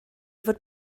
fod